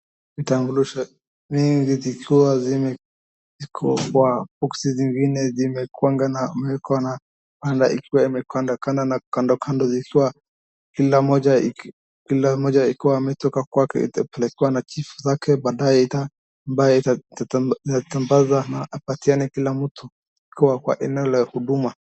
Vitambulisho mingi vikiwa zimewekwa kwa boksi zingine zimekuwanga na zimeekwa na band ikiwa imepangapanga na kandokando zikiwa, kila moja iko kila moja ikiwa imetoka kwake itapelekewa na chifu zake baadaye ambayo itasambaza na apatiane kila mtu ikiwa kwa eneo la huduma.